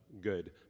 good